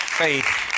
Faith